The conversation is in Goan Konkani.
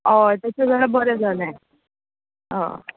हय तशें जाल्या बरें जालें हय